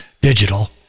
digital